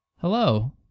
Hello